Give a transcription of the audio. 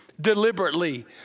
deliberately